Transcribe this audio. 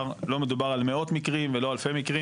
- לא מדובר על מאות מקרים ולא אלפי מקרים.